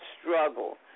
struggle